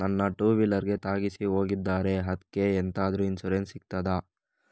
ನನ್ನ ಟೂವೀಲರ್ ಗೆ ತಾಗಿಸಿ ಹೋಗಿದ್ದಾರೆ ಅದ್ಕೆ ಎಂತಾದ್ರು ಇನ್ಸೂರೆನ್ಸ್ ಸಿಗ್ತದ?